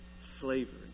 slavery